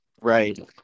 Right